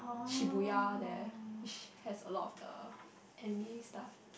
Shibuya there has a lot of the anime stuff